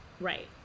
Right